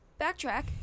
backtrack